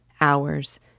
hours